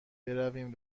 برویم